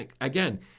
Again